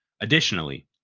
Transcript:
additionally